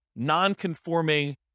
non-conforming